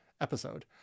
episode